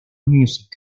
music